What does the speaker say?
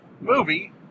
movie